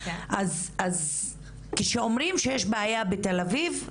אז כשאומרים שיש בעיה בתל-אביב,